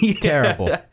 Terrible